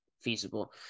feasible